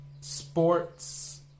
sports